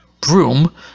broom